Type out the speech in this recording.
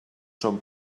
són